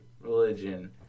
religion